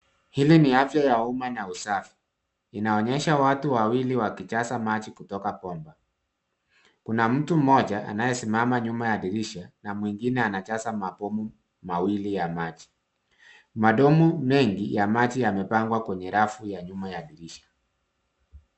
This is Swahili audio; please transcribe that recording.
Hili ni afya ya umma na usafi inaonyesha watu wawili wakijaza maji kutoka bomba, kuna mtu mmoja anayesimama nyuma ya dirisha na mwingine anajaza mabomu mawili ya maji madogo mengi ya maji yamepangwa kwenye rafu ya nyuma ya dirisha.